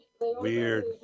Weird